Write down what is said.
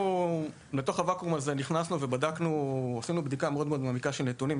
אנחנו נכנסנו לתוך הוואקום הזה ועשינו בדיקה מאוד מעמיקה של נתונים.